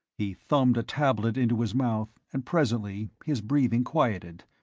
he thumbed a tablet into his mouth, and presently his breathing quieted.